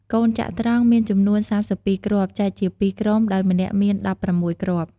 កូនចត្រង្គមានចំនួន ៣២គ្រាប់ ចែកជាពីរជាក្រុម ដោយម្នាក់មាន ១៦គ្រាប់។